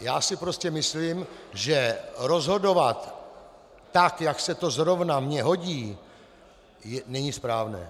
Já si prostě myslím, že rozhodovat tak, jak se to zrovna mně hodí, není správné.